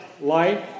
life